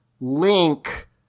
link